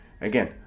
again